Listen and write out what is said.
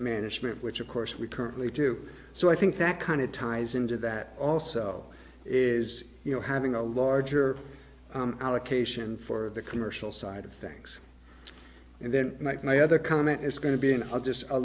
management which of course we currently do so i think that kind of ties into that also is you know having a larger allocation for the commercial side of things and then mike my other comment is going to be in a just a